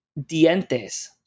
dientes